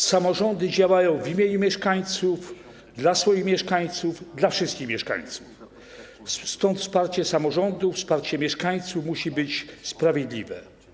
Samorządy działają w imieniu mieszkańców, dla swoich mieszkańców, dla wszystkich mieszkańców, dlatego wsparcie samorządów, wsparcie mieszkańców musi być sprawiedliwe.